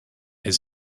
his